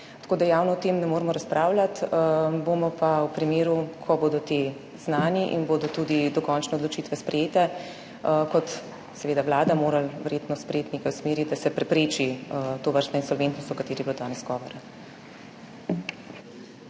tako da javno o tem ne moremo razpravljati, bomo pa v primeru, ko bodo ti znani in bodo tudi dokončne odločitve sprejete, kot seveda Vlada, morali verjetno sprejeti nekaj v smeri, da se prepreči tovrstna insolventnost o kateri je bilo danes govora.